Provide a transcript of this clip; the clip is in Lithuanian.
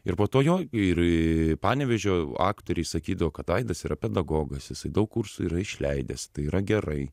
ir po to jo ir į panevėžio aktoriai sakydavo kad aidas yra pedagogas jisai daug kursų yra išleidęs tai yra gerai